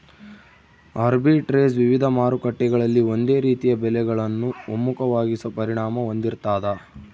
arbitrage ವಿವಿಧ ಮಾರುಕಟ್ಟೆಗಳಲ್ಲಿ ಒಂದೇ ರೀತಿಯ ಬೆಲೆಗಳನ್ನು ಒಮ್ಮುಖವಾಗಿಸೋ ಪರಿಣಾಮ ಹೊಂದಿರ್ತಾದ